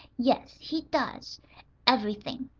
yes, he does ev'rything.